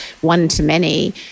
one-to-many